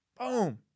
Boom